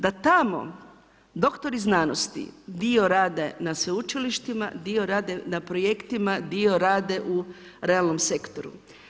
Da tamo doktori znanosti dio rade na sveučilištima, dio rade na projektima, dio rade u realnom sektoru.